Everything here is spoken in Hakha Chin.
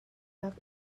nak